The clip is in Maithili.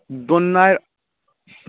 दोनारि